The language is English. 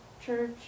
Church